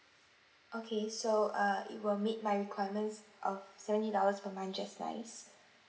okay so uh it will meet my requirements of seventy dollars per month just nice